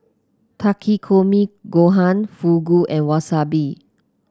Takikomi Gohan Fugu and Wasabi